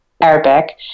Arabic